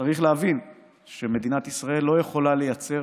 צריך להבין שמדינת ישראל לא יכולה לייצר